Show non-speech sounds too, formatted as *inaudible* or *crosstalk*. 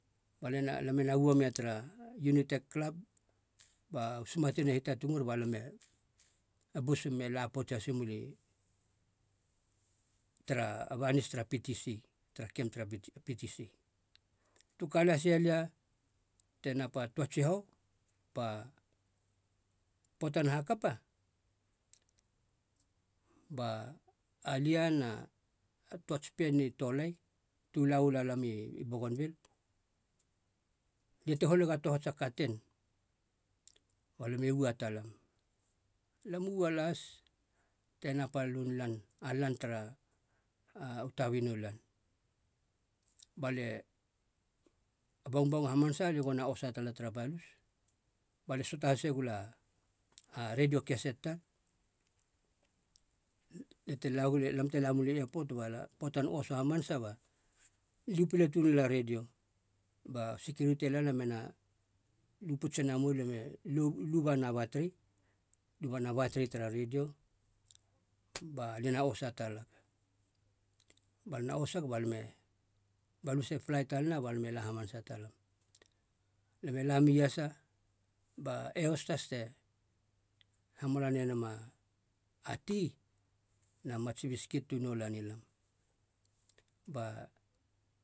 Balie na lame na ua mia tara unitek klap ba u sumatin e hitatukur balam e busum me la pouts hasi muli tara banis tara ptc, tara kem tara *hesitation* ptc, tu ka las ia lia te napa toa tsihou ba poatan hakapa ba alia na toats pien na i tolai tu la ualalam i bougainville. Lia te holeg a tohats a katen ba lame ua talam, lam u ua lahas te nap a lunlan, a lan tara *hesitation* u tabi nu lan. Balie, a bongbong hamanasa lia gona osa tala tara balus balie soata hasegula a redio keset tar. *hesitation* lia te lagula lam te lamuli epot ba poatan osa hamanasa ba, liu pile tuun nela redio ba sekuritie lana mena lu poutse na moulia me lo- lu ba nena batri, lu ban a batiri tara redio ba lia na osa talag. Balia na osag ba lame balus e plai talana ba lam e la hamanasa talam lam e lami iasa ba e hostes te hamola nenama a ti na mats biskit tu noula nilam. Ba,